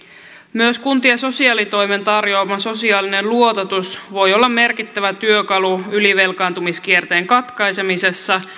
myös kuntien sosiaalitoimen tarjoama sosiaalinen luototus voi olla merkittävä työkalu ylivelkaantumiskierteen katkaisemisessa